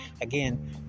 Again